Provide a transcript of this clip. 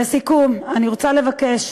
לסיכום, אני רוצה לבקש,